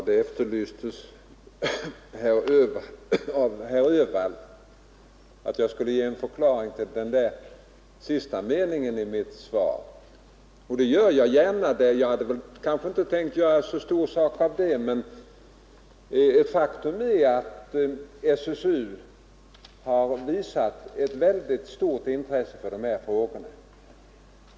Herr talman! Herr Öhvall efterlyste en förklaring till den sista meningen i mitt svar, och en sådan ger jag gärna. Jag hade inte tänkt göra så stor sak av det här i riksdagen, men ett faktum är att SSU har visat ett mycket stort intresse för dessa frågor.